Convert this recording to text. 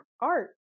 Art